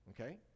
Okay